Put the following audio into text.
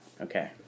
Okay